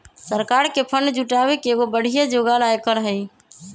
सरकार के फंड जुटावे के एगो बढ़िया जोगार आयकर हई